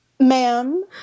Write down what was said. Ma'am